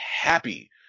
happy